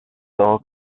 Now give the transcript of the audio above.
sioux